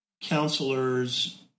counselors